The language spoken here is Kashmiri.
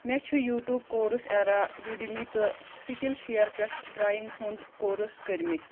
مےٚ چھُ یوٗٹوٗب کورٕس اٮ۪را یُڈِمی تہٕ سِکِل شِیَر پٮ۪ٹھ ڈرایِنٛگ ہُنٛد کورٕس کٔرۍمٕتۍ